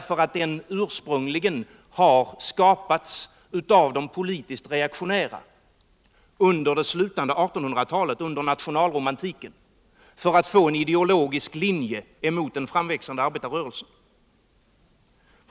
För ursprungligen har den skapats av de politiskt reaktionära under slutet av 1800-talet — under nationalromantiken — för att få en ideologisk linje mot den framväxande arbetarrörelsen.